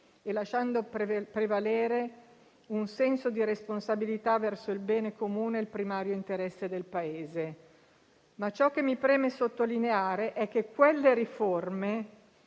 lasciando prevalere un senso di responsabilità verso il bene comune e il primario interesse del Paese. Ciò che però mi preme sottolineare è che quelle riforme